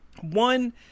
One